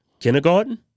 kindergarten